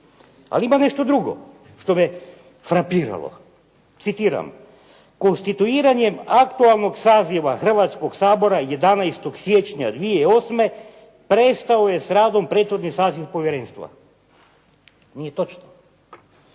Ali ima nešto drugo što me frapiralo. Citiram "Konstatiranjem aktualnog saziva Hrvatskog sabora 11. siječnja 2008. prestao je s radom prethodni saziv povjerenstva". Nije točno.